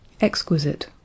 Exquisite